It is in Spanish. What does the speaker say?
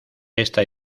esta